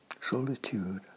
Solitude